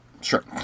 Sure